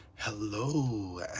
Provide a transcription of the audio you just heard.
hello